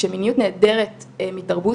כשמיניות נעדרת מתרבות,